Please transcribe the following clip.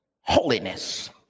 holiness